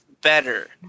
better